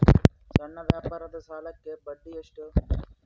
ಸಣ್ಣ ವ್ಯಾಪಾರದ ಸಾಲಕ್ಕೆ ಬಡ್ಡಿ ಎಷ್ಟು?